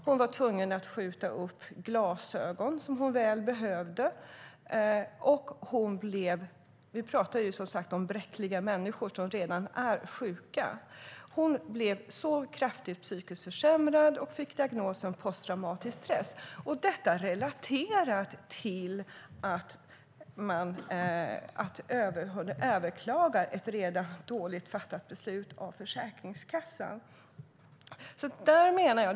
Hon var tvungen att skjuta upp tandvård, glasögon som hon så väl behövde och hon blev - vi pratar alltså om bräckliga människor som redan är sjuka - kraftigt psykiskt försämrad och fick diagnosen posttraumatisk stress, detta relaterat till att hon överklagade ett redan undermåligt beslut av Försäkringskassan.